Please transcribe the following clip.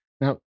Now